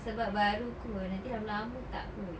sebab baru kot nanti lama-lama tak kot